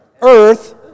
earth